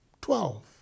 twelve